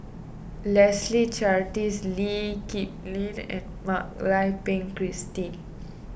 Leslie Charteris Lee Kip Lin and Mak Lai Peng Christine